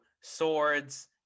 Swords